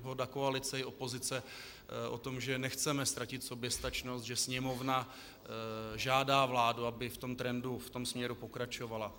Dohoda koalice i opozice o tom, že nechceme ztratit soběstačnost, že Sněmovna žádá vládu, aby v tom trendu, v tom směru pokračovala.